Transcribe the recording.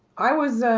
i was